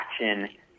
action